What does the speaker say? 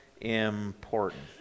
important